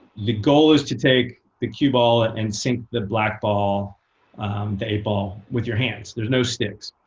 the goal is to take the cue ball and sink the black ball the eight ball with your hands. there's no sticks.